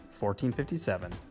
1457